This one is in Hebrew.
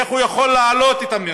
איך הוא יכול להעלות את המהירות.